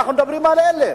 אנחנו מדברים על אלה.